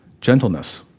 gentleness